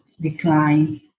decline